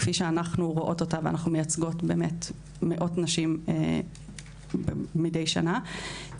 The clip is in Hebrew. כפי שאנחנו רואות אותה ואנחנו מייצגות באמת מאות נשים מידי שנה,